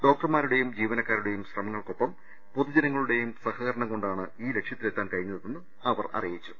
ഡോക്ടർമാരുടെയും ജീവനക്കാരുടെയും ശ്രമ ങ്ങൾക്കൊപ്പം പൊതുജനങ്ങളുടെയും സഹകരണം കൊണ്ടാണ് ഈ ലക്ഷ്യ ത്തിലെത്താൻ കഴിഞ്ഞതെന്ന് അവർ അറിയിച്ചു